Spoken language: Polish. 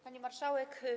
Pani Marszałek!